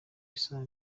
isaha